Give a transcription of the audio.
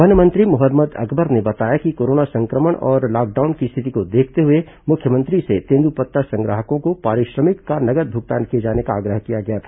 one मंत्री मोहम्मद अकबर ने बताया कि कोरोना संक्रमण और लॉकडाउन की स्थिति को देखते हुए मुख्यमंत्री से तेंदूपत्ता संग्राहकों को पारिश्रमिक का नगद भुगतान किए जाने का आग्रह किया गया था